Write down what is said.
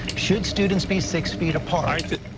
should students be six feet apart?